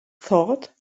thought